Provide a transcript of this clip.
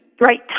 right